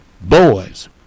boys